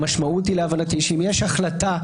המשמעות היא להבנתי שאם יש החלטה,